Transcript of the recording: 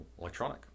Electronic